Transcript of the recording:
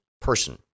person